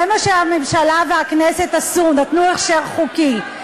זה מה שהממשלה והכנסת עשו, נתנו הכשר חוקי.